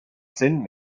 sinn